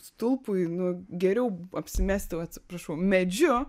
stulpui nu geriau apsimesti atsiprašau medžiu